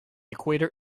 equator